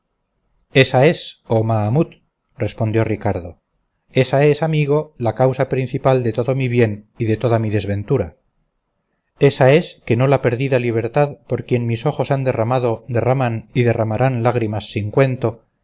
ésa es oh mahamut respondió ricardo ésa es amigo la causa principal de todo mi bien y de toda mi desventura ésa es que no la perdida libertad por quien mis ojos han derramado derraman y derramarán lágrimas